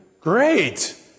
Great